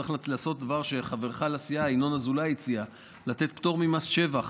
צריך לעשות דבר שחברך לסיעה ינון אזולאי הציע: לתת פטור ממס שבח